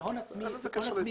אין לזה קשר ליציבות.